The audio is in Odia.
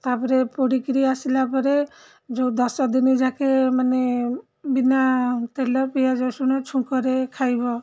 ତା'ପରେ ପୋଡ଼ିକିରି ଆସିଲା ପରେ ଯେଉଁ ଦଶ ଦିନ ଯାକେ ମାନେ ବିନା ତେଲ ପିଆଜ ରସୁଣ ଛୁଙ୍କରେ ଖାଇବ